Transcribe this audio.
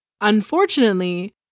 Unfortunately